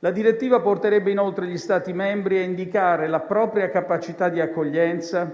La direttiva porterebbe inoltre gli Stati membri a indicare la propria capacità di accoglienza